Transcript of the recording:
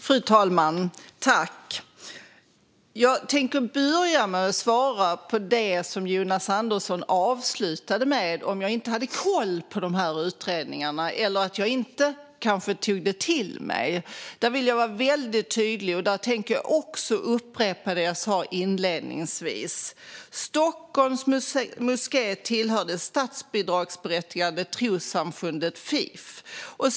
Fru talman! Jag tänker börja med att svara på det som Jonas Andersson avslutade med att fråga: om jag inte hade koll på utredningarna eller om jag kanske inte tog det till mig. Där vill jag vara väldigt tydlig. Jag tänker också upprepa det jag sa inledningsvis. Stockholms moské ingår i det statsbidragsberättigade trossamfundet Fifs.